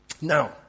Now